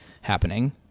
happening